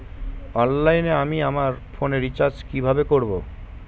অনলাইনে আমি আমার ফোনে রিচার্জ কিভাবে করব?